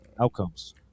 outcomes